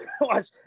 watch